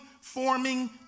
forming